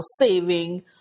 saving